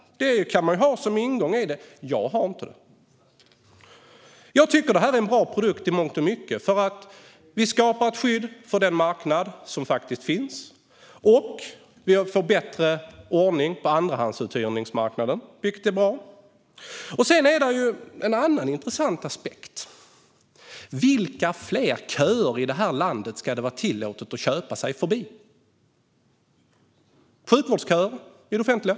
Det kan man ha som ingång i det. Jag har inte det. Jag tycker att det här i mångt och mycket är en bra produkt. Vi skapar ett skydd för den marknad som faktiskt finns, och vi får bättre ordning på marknaden för andrahandsuthyrningen, vilket är bra. Det finns även en annan intressant aspekt. Vilka fler köer i det här landet ska det vara tillåtet att köpa sig förbi? Sjukvårdsköer i det offentliga?